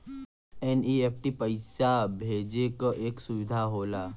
NEFT पइसा भेजे क एक सुविधा होला